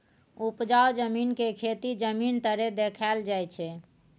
उपजाउ जमीन के खेती जमीन तरे देखाइल जाइ छइ